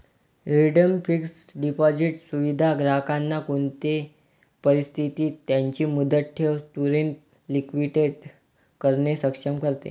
redeemed fixed deposit सुविधा ग्राहकांना कोणते परिस्थितीत त्यांची मुदत ठेव त्वरीत लिक्विडेट करणे सक्षम करते